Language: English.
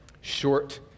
short